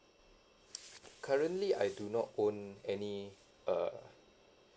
currently I do not own any uh